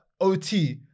OT